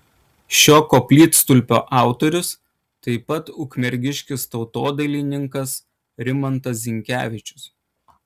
šio koplytstulpio autorius taip pat ukmergiškis tautodailininkas rimantas zinkevičius